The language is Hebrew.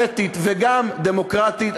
אתית וגם דמוקרטית,